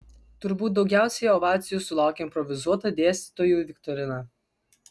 turbūt daugiausiai ovacijų sulaukė improvizuota dėstytojų viktorina